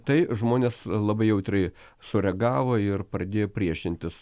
tai žmonės labai jautriai sureagavo ir pradėjo priešintis